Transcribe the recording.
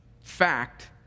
fact